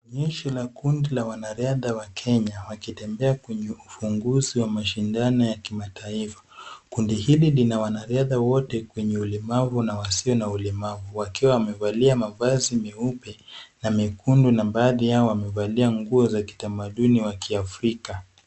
Onyesho la kundi la wanariadha wa Kenya wakitembea kwenye ufunguzi wa mashindano ya kimataifa. Kundi hili lina wanariadha wote wenye ulemavu na wasio na ulemavu, wakiwa wamevalia mavazi meupe na mekundu na baadhi yao wamevalia nguo ya kitamaduni wa kiafrika.